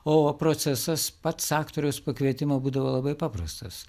o procesas pats aktoriaus pakvietimo būdavo labai paprastas